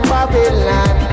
Babylon